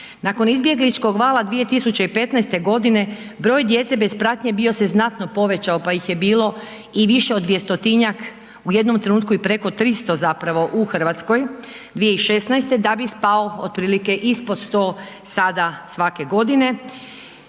Nakon izbjegličkog vala 2015. godine broj djece bez pratnje bio se znatno povećao pa ih je bilo i više od 200-njak u jednom trenutku i preko 300 u Hrvatskoj 2016., da bi spao otprilike ispod 100 sada svake godine